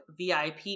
VIP